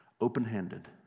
Open-handed